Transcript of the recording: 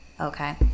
Okay